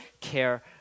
care